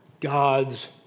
God's